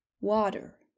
water